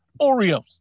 Oreos